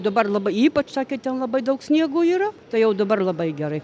dabar labai ypač sakė ten labai daug sniego yra tai jau dabar labai gerai